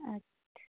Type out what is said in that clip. अच्छा